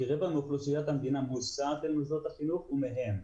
כרגע מאוכלוסיית המדינה מוסעת למוסדות החינוך ומהם.